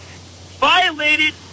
violated